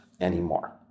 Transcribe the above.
anymore